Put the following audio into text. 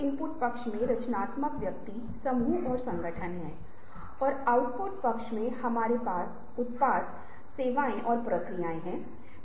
इसलिए ये याद रखने वाले अंक हैं पहली चीज़ जो आपको करने की ज़रूरत है वह है दो तरह की सोच को रचनात्मक सोच से मूल्यांकन करने वाली सोच को अलग करना